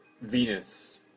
Venus